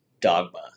Dogma